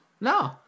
no